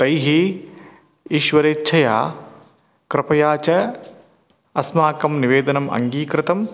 तैः ईश्वरेच्छया कृपया च अस्माकं निवेदनम् अङ्गीकृतं